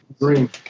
green